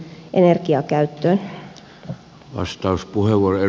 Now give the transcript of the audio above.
arvoisa puhemies